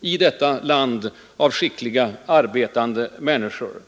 i detta land av skickliga, arbetande människor.